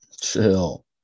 Chill